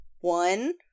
One